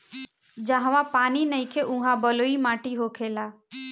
जहवा पानी नइखे उहा बलुई माटी होखेला